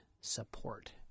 support